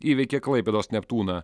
įveikė klaipėdos neptūną